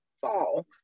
fall